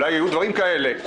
אולי היו דברים כאלה,